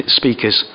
speakers